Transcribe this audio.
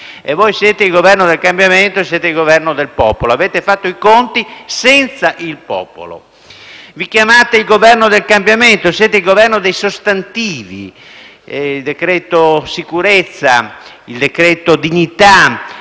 E voi siete il Governo del cambiamento, il Governo del popolo: avete fatto i conti senza il popolo. Vi chiamate Governo del cambiamento e siete il Governo dei sostantivi: il decreto «sicurezza», il decreto «dignità»,